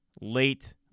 late